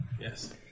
Yes